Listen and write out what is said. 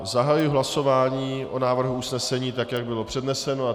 Zahajuji hlasování o návrhu usnesení, tak jak bylo předneseno.